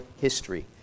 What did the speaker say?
history